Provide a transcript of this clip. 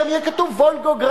שם יהיה כתוב "וולגוגרד".